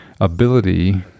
ability